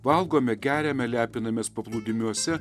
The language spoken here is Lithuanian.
valgome geriame lepinamės paplūdimiuose